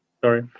Sorry